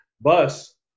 bus